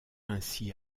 ainsi